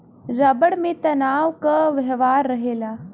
rubber में तनाव क व्यवहार रहेला